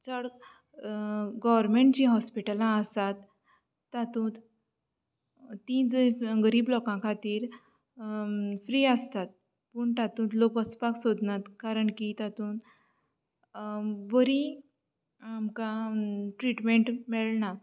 चड गॉवरर्मेट जी हॉस्पीटलां आसात तातूंत ती जर गरीब लोकां खातीर फ्री आसतात पूण तातूंत लोक वचपाक सोदनात कारण की तातूंत तातून बरी आमकां ट्रिटमेंट मेळना